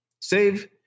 Save